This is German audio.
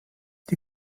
die